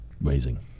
raising